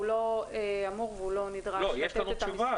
הוא לא אמור והוא לא נדרש לתת את המספר.